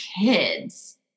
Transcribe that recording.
kids